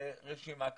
רשימה כזאת.